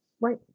Right